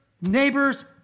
neighbors